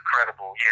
incredible